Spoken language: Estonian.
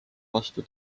vastu